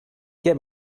get